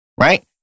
Right